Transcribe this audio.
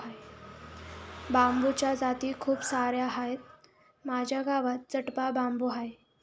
बांबूच्या जाती खूप सार्या आहेत, माझ्या गावात चपटा बांबू आहे